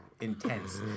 intense